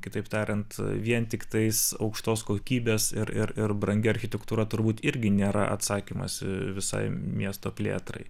kitaip tariant vien tiktais aukštos kokybės ir ir brangi architektūra turbūt irgi nėra atsakymas visai miesto plėtrai